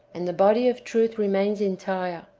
and the body of truth remains entire,